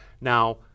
Now